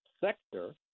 sector